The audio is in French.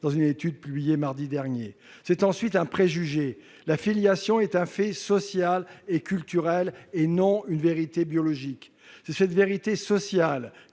dans une étude publiée mardi dernier. C'est, ensuite, un préjugé. La filiation est un fait social et culturel, et non une vérité biologique. C'est cette vérité sociale